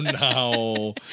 no